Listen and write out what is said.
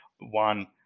one